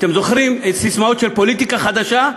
אתם זוכרים את הססמאות של "פוליטיקה חדשה"?